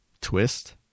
twist